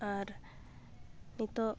ᱟᱨ ᱱᱤᱛᱳᱜ